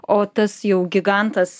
o tas jau gigantas